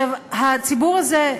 הציבור הזה,